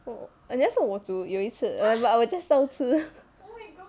我很像是我煮有一次 but I will just 照吃